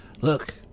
look